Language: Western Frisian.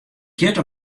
giet